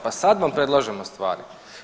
Pa sad vam predlažemo stvari.